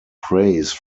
praise